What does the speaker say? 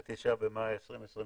תיקון סעיף 9 בסעיף 9 לחוק העיקרי,